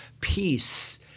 peace